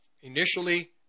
initially